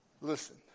listen